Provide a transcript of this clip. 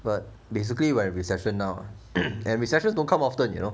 but basically we're in a recession now and recession don't come often you know